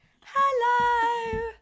Hello